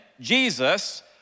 Jesus